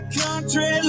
country